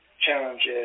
challenges